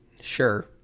Sure